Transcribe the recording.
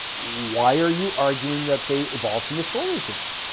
why are you arguing that they evolved from the saurischians?